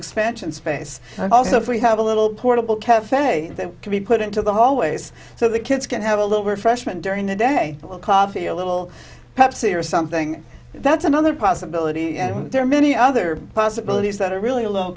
expansion space and also if we have a little portable cafe that can be put into the hallways so the kids can have a little refreshment during the day well coffee a little pepsi or something that's an the possibility and there are many other possibilities that are really low